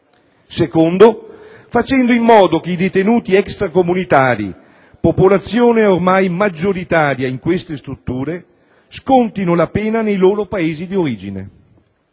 luogo, facendo in modo che i detenuti extracomunitari - popolazione ormai maggioritaria in queste strutture - scontino la pena nei propri Paesi di origine.